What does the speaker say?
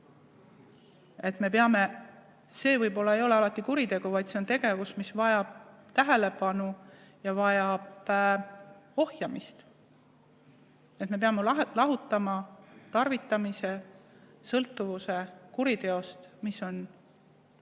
See võib-olla ei ole alati kuritegu, vaid see on tegevus, mis vajab tähelepanu ja vajab ohjeldamist. Me peame lahutama tarvitamise, sõltuvuse kuriteost, mis on